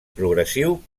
progressiu